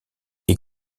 est